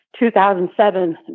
2007